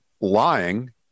Lying